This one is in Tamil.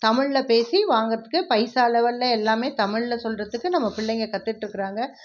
தமிழில் பேசி வாங்கிறதுக்கு பைசா லெவலில் எல்லாமே தமிழில் சொல்வதுக்கு நம்ம பிள்ளைங்கள் கத்துகிட்ருக்குறாங்க